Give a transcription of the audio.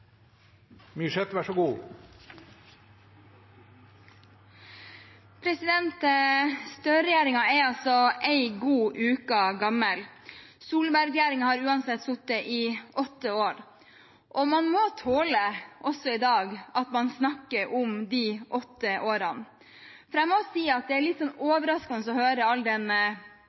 er altså en god uke gammel. Solberg-regjeringen har uansett sittet i åtte år, og man må tåle, også i dag, at man snakker om de åtte årene. For jeg må si at det er litt overraskende å høre all